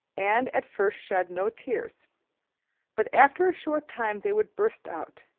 and at first shed no tears but after a short time they would burst out,